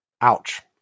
Ouch